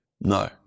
No